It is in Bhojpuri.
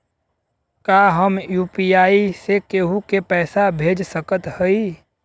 का हम यू.पी.आई से केहू के पैसा भेज सकत हई?